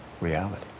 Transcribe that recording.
reality